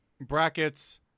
Brackets